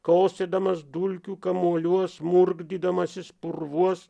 kaustydamas dulkių kamoliuos smurgdydamas purvuos